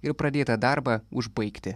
ir pradėtą darbą užbaigti